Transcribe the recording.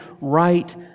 right